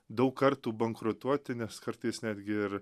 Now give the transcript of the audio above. daug kartų bankrutuoti nes kartais netgi ir